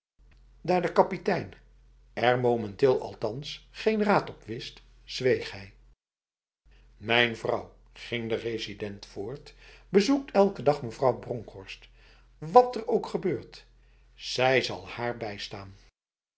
daar de kapitein er momenteel althans geen raad op wist zweeg hij mijn vrouw ging de resident voort bezoekt elke dag mevrouw bronkhorst wat er ook gebeurt zij zal haar bijstaan